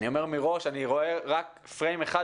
אני אומר מראש שאני רואה רק מסגרת אחת